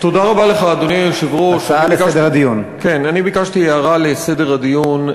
תודה רבה לך, אדוני היושב-ראש, הערה לסדר הדיון.